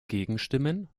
gegenstimmen